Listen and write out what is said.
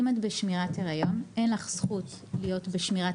אם את בשמירת הריון אין לך זכות להיות בשמירת